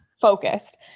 focused